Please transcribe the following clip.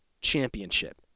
championship